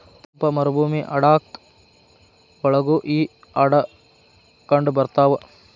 ತಂಪ ಮರಭೂಮಿ ಲಡಾಖ ಒಳಗು ಈ ಆಡ ಕಂಡಬರತಾವ